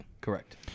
Correct